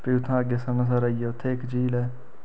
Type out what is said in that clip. फ्ही उत्थें अग्गें सनासर आई गेआ उत्थें इक झील ऐ